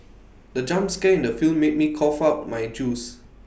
the jump scare in the film made me cough out my juice